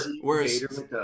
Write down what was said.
Whereas